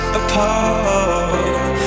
apart